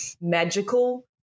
magical